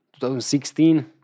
2016